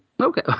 Okay